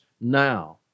now